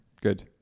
Good